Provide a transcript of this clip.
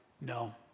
No